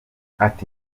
ati